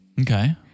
Okay